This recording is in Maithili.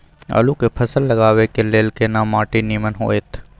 आलू के फसल लगाबय के लेल केना माटी नीमन होयत?